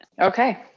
Okay